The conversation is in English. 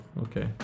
Okay